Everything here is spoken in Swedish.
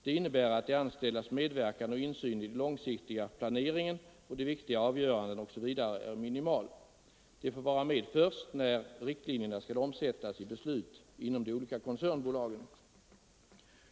Det innebär att de anställdas medverkan och insyn i den långsiktiga planeringen, de viktiga avgörandena osv. är minimal. De anställda får vara med först när riktlinjerna skall omsättas i beslut inom de olika koncernbolagen.